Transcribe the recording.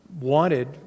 wanted